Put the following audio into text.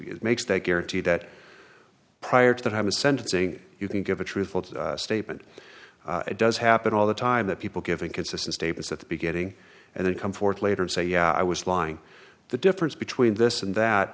it makes that guarantee that prior to that his sentencing you can give a truthful statement it does happen all the time that people give inconsistent statements at the beginning and then come forth later and say yeah i was lying the difference between this and that